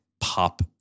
pop